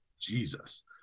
Jesus